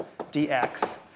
dx